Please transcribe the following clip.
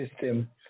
system